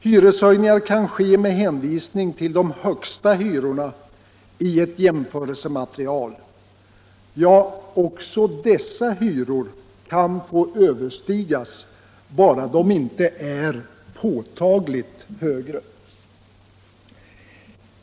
Hyreshöjningar kan ske med hänvisning till de högsta hyrorna i ett jämförelsematerial — ja, också dessa hyror kan får överstigas bara de inte är ”påtagligt” högre.